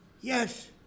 Yes